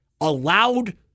allowed